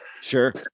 Sure